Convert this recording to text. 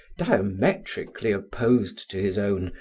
diametrically opposed to his own,